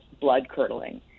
blood-curdling